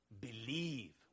believe